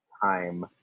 Time